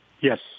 Yes